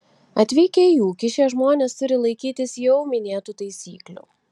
atvykę į ūkį šie žmonės turi laikytis jau minėtų taisyklių